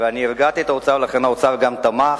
ואני הרגעתי את האוצר ולכן האוצר תמך,